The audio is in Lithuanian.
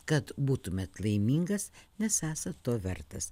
kad būtumėt laimingas nes esat to vertas